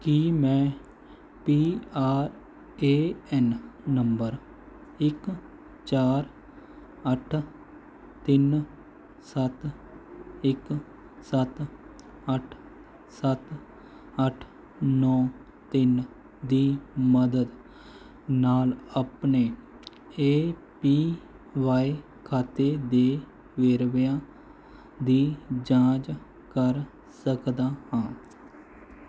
ਕੀ ਮੈਂ P R A N number ਇੱਕ ਚਾਰ ਅੱਠ ਤਿੰਨ ਸੱਤ ਇੱਕ ਸੱਤ ਅੱਠ ਸੱਤ ਅੱਠ ਨੌਂ ਤਿੰਨ ਦੀ ਮਦਦ ਨਾਲ ਆਪਣੇ ਏ ਪੀ ਵਾਈ ਖਾਤੇ ਦੇ ਵੇਰਵਿਆਂ ਦੀ ਜਾਂਚ ਕਰ ਸਕਦਾ ਹਾਂ